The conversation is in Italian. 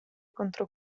contro